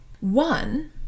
One